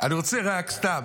אני רוצה רק סתם,